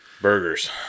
Burgers